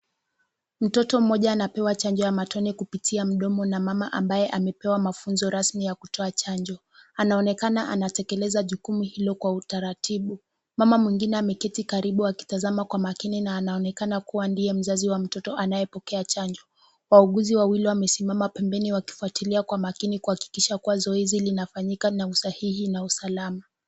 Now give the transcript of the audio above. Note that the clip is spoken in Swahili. Mtoto mmoja anapewa chanjo ya matone kupitia mdomo na mama ambaye amepeww mafunzo rasmi ya kutoa chanjo anaonekana anatekeleza jukumu hilo kwa utaratibu. Mama mwengine ameketi karibu akitazama kwa makini na anaonekana kuwa ndiye mzazi wa mtoto anayepokea chanjo. Wahuguzi wengine wamesimama pembeni wakifuatilia kwa makini kuhakikisha kuwa zoezi linafanyika na usahihi na usalama